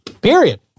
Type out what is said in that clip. Period